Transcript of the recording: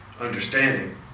understanding